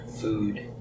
Food